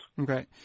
Okay